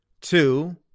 Two